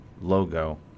logo